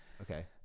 Okay